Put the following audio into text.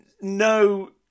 no